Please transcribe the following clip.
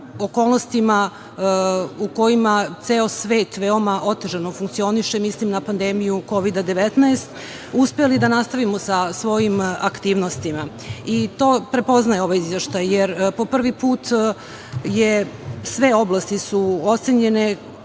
okolnostima u kojima ceo svet veoma otežano funkcioniše, mislim na pandemiju Kovida 19, uspeli da nastavimo sa svojim aktivnostima. To prepoznaje ovaj izveštaj, jer po prvi put su sve oblasti ocenjene